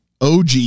og